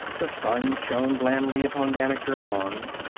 the sun shone blandly upon manicured lawns,